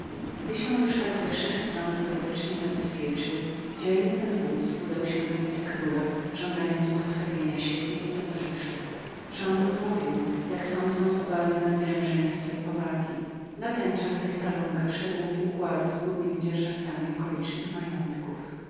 gdy się już tak ze wszech stron dostatecznie zabezpieczył dzielny ten wódz udał się do vice króla żądając ułaskawienia siebie i towarzyszów rząd odmówił jak sądzę z obawy nadwerężenia powagi władzy natenczas testa lunga wszedł w układy z głównymi dzierżawcami okolicznych majątków